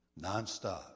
nonstop